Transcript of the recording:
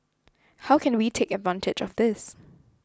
how can we take advantage of this